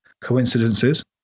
coincidences